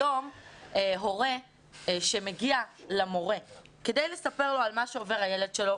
היום הורה שמגיע למורה כדי לספר לו על מה שעובר הילד שלו,